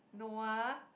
Noah